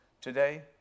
Today